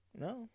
no